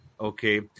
Okay